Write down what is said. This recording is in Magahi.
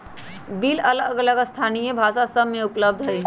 बिल अलग अलग स्थानीय भाषा सभ में उपलब्ध हइ